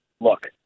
look